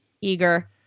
eager